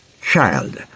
Child